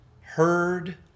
heard